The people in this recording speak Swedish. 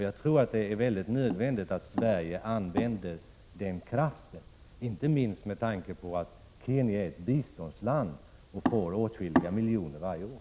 Jag tror att det är mycket nödvändigt att Sverige använder den kraften, inte minst med tanke på att Kenya är ett biståndsland och får åtskilliga miljoner av oss varje år.